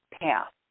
path